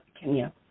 Kenya